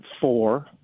four